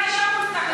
אולי שם הוא מתכנן,